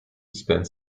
spent